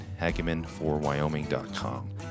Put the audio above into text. HagemanForWyoming.com